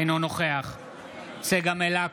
אינו נוכח צגה מלקו,